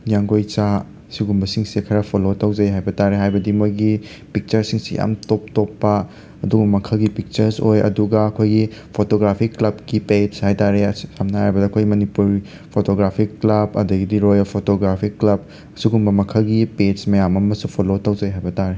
ꯌꯥꯡꯒꯣꯏꯆꯥ ꯁꯤꯒꯨꯝꯕꯁꯤꯡꯁꯦ ꯈꯔ ꯐꯣꯂꯣ ꯇꯧꯖꯩ ꯍꯥꯏꯕ ꯇꯥꯔꯦ ꯍꯥꯏꯕꯗꯤ ꯃꯣꯏꯒꯤ ꯄꯤꯛꯆꯔꯁꯤꯡꯁꯤ ꯌꯥꯝꯅ ꯇꯣꯞ ꯇꯣꯞꯄ ꯑꯗꯨꯒꯨꯝꯕ ꯃꯈꯜꯒꯤ ꯄꯤꯛꯆꯔꯁ ꯑꯣꯏ ꯑꯗꯨꯒ ꯑꯩꯈꯣꯏꯒꯤ ꯐꯣꯇꯣꯒ꯭ꯔꯥꯐꯤꯛ ꯀ꯭ꯂꯕꯀꯤ ꯄꯦꯖ ꯍꯥꯏ ꯇꯥꯔꯦ ꯁꯝꯅ ꯍꯥꯏꯔꯕꯗ ꯑꯩꯈꯣꯏ ꯃꯅꯤꯄꯨꯔ ꯐꯣꯇꯣꯒ꯭ꯔꯥꯐꯤꯛ ꯀ꯭ꯂꯕ ꯑꯗꯒꯤꯗꯤ ꯔꯣꯌꯦꯜ ꯐꯣꯇꯣꯒ꯭ꯔꯥꯐꯤꯛ ꯀ꯭ꯂꯕ ꯑꯁꯤꯒꯨꯝꯕ ꯃꯈꯜꯒꯤ ꯄꯦꯖ ꯃꯌꯥꯝ ꯑꯃꯁꯨ ꯐꯣꯂꯣ ꯇꯧꯖꯩ ꯍꯥꯏꯕ ꯇꯥꯔꯦ